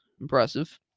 impressive